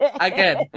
Again